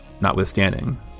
notwithstanding